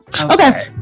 Okay